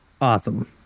Awesome